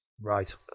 Right